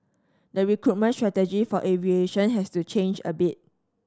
the recruitment strategy for aviation has to change a bit